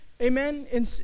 amen